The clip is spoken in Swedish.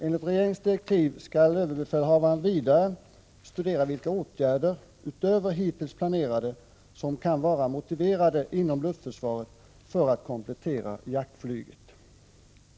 Enligt regeringens direktiv skall överbefälhavaren vidare studera vilka åtgärder utöver hittills planerade som kan vara motiverade inom luftförsvaret för att komplettera jaktflyget.